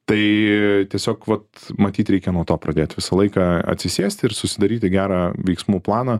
tai tiesiog vat matyt reikia nuo to pradėt visą laiką atsisėsti ir susidaryti gerą veiksmų planą